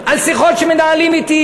על שיחות שמנהלים אתי